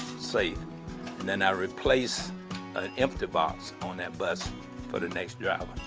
safe, and then i replace an empty box on that bus for the next yeah